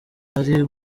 ari